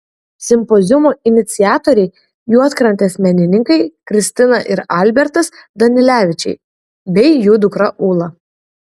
simpoziumo iniciatoriai juodkrantės menininkai kristina ir albertas danilevičiai bei jų dukra ula